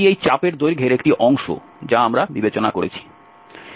এটি এই চাপের দৈর্ঘ্যের একটি অংশ যা আমরা বিবেচনা করছি